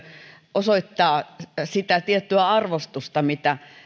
osoittaa sitä sitä tiettyä arvostusta mitä